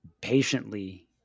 patiently